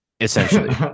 essentially